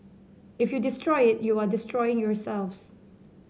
if you destroy it you are destroying yourselves